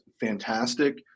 fantastic